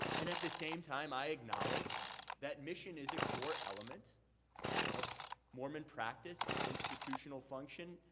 and at the same time, i acknowledge that mission is a core element of mormon practice, institutional function,